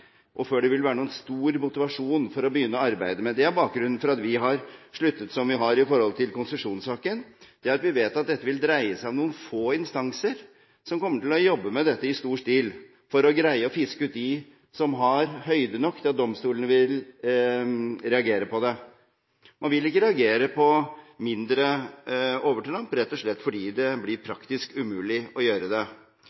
og før det vil være noen stor motivasjon for å begynne å arbeide med det. Det er bakgrunnen for at vi har besluttet som vi har når det gjelder konsesjonssaken – vi vet at dette vil dreie seg om noen få instanser som kommer til å jobbe med dette i stor stil for å greie å fiske ut dem som har høyde nok til at domstolene vil reagere på det. Man vil ikke reagere på mindre overtramp, rett og slett fordi det blir